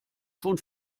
schon